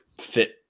fit